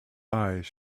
eyes